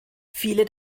viele